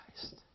Christ